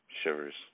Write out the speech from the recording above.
Shivers